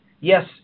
Yes